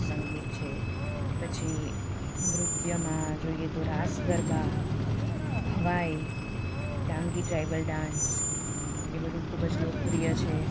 સંગીત છે પછી નૃત્યમાં જોઈએ તો રાસ ગરબા ભવાઈ ડાંગી ટ્રાયબલ ડાંસ એ બધું ખૂબ જ લોકપ્રિય છે